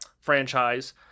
franchise